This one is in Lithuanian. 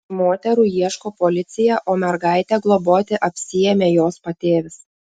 moterų ieško policija o mergaitę globoti apsiėmė jos patėvis